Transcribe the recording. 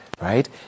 right